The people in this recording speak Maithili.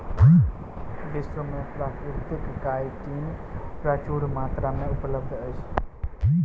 विश्व में प्राकृतिक काइटिन प्रचुर मात्रा में उपलब्ध अछि